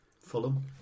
Fulham